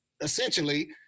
essentially